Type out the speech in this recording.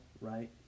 right